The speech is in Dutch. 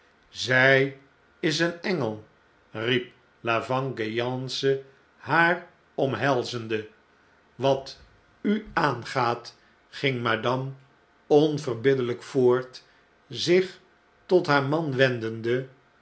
zh is een engel riep la vengeance haar omhelzende wat u aangaat ging madame onverbiddeiyk voort zich tot haar man wendende